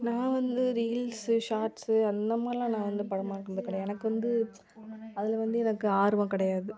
நான் வந்து reels shorts அந்த மாதிரில்லாம் நான் வந்து படமாக்கினது கிடையாது எனக்கு வந்து அதில் வந்து எனக்கு ஆர்வம் கிடையாது